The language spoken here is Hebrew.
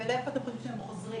ולאיפה אתם חושבים שהם חוזרים?